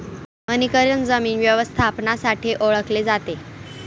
वनीकरण जमीन व्यवस्थापनासाठी ओळखले जाते